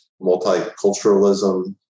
multiculturalism